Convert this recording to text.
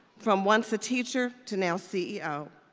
from once a teacher to now ceo.